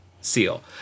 Seal